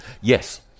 Yes